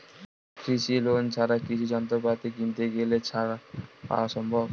কৃষি লোন ছাড়া কৃষি যন্ত্রপাতি কিনতে গেলে ছাড় পাওয়া সম্ভব?